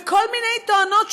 בכל מיני טענות שווא,